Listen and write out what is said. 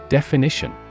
Definition